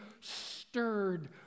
stirred